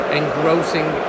engrossing